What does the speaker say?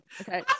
Okay